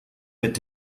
mit